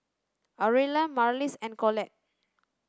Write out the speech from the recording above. Aurilla Marlys and Colette